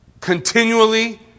continually